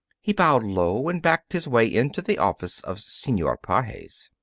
he bowed low and backed his way into the office of senor pages.